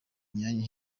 imyanya